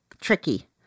tricky